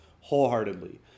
wholeheartedly